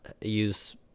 use